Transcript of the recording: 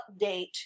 update